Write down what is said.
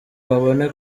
babone